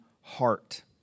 heart